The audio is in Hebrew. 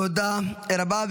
תודה רבה.